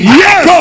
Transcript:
yes